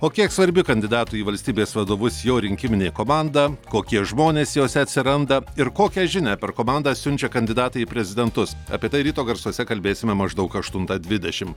o kiek svarbi kandidatui į valstybės vadovus jo rinkiminė komanda kokie žmonės jose atsiranda ir kokią žinią per komandą siunčia kandidatai į prezidentus apie tai ryto garsuose kalbėsime maždaug aštuntą dvidešim